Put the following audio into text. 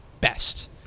best